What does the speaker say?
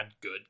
good